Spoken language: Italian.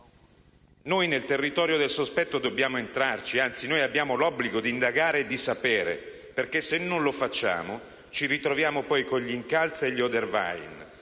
noi nel territorio del sospetto dobbiamo entrarci, anzi: abbiamo l'obbligo d'indagare e sapere, perché, se non lo facciamo, ci ritroviamo poi con gli Incalza e gli Odevaine,